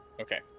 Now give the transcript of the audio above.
Okay